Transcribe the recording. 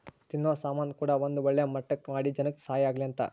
ತಿನ್ನೋ ಸಾಮನ್ ಕೂಡ ಒಂದ್ ಒಳ್ಳೆ ಮಟ್ಟಕ್ ಮಾಡಿ ಜನಕ್ ಸಹಾಯ ಆಗ್ಲಿ ಅಂತ